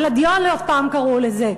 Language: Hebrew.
גלדיולות פעם קראו לזה,